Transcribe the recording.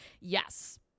Yes